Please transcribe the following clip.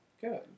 good